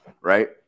Right